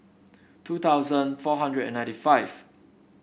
two thousand four hundred and ninety five